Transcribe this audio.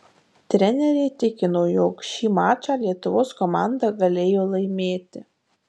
trenerė tikino jog šį mačą lietuvos komanda galėjo laimėti